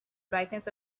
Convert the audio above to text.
brightness